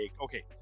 okay